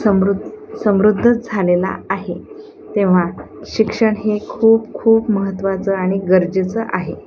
समृद समृद्धच झालेला आहे तेव्हा शिक्षण हे खूप खूप महत्त्वाचं आणि गरजेचं आहे